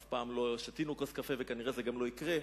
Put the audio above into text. אף פעם לא שתינו כוס קפה, וזה כנראה גם לא יקרה,